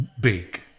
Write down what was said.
big